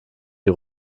die